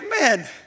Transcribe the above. man